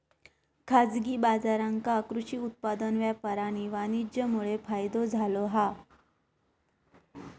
खाजगी बाजारांका कृषि उत्पादन व्यापार आणि वाणीज्यमुळे फायदो झालो हा